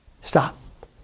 stop